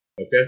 Okay